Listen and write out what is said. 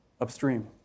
upstream